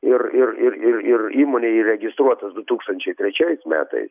ir ir ir ir ir įmonėj įregistruotas du tūkstančiai trečiais metais